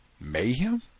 Mayhem